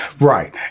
Right